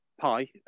pie